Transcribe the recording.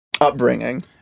upbringing